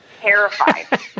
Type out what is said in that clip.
terrified